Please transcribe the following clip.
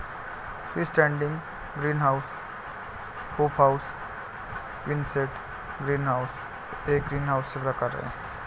free standing greenhouse, hoop house, quonset greenhouse हे ग्रीनहाऊसचे प्रकार आहे